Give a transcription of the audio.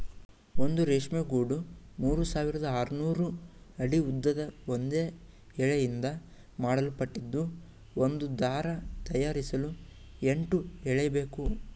ಒಂದು ರೇಷ್ಮೆ ಗೂಡು ಮೂರ್ಸಾವಿರದ ಆರ್ನೂರು ಅಡಿ ಉದ್ದದ ಒಂದೇ ಎಳೆಯಿಂದ ಮಾಡಲ್ಪಟ್ಟಿದ್ದು ಒಂದು ದಾರ ತಯಾರಿಸಲು ಎಂಟು ಎಳೆಬೇಕು